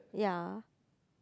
yeah